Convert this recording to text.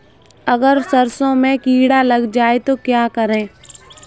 अगर सरसों में कीड़ा लग जाए तो क्या करें?